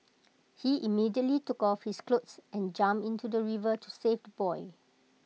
he immediately took off his clothes and jumped into the river to save the boy